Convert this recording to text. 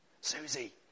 Susie